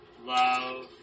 love